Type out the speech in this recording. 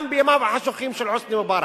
גם בימיו החשוכים של חוסני מובארק.